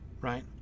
right